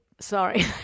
Sorry